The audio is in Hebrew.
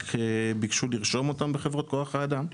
רק ביקשו לרשום אותם בחברת כוח האדם.